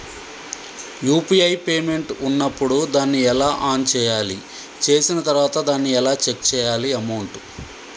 UPI payment ఉన్నప్పుడు దాన్ని ఎలా ఆన్ చేయాలి? చేసిన తర్వాత దాన్ని ఎలా చెక్ చేయాలి అమౌంట్?